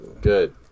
Good